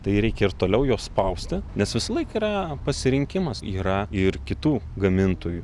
tai reikia ir toliau juos spausti nes visąlaik yra pasirinkimas yra ir kitų gamintojų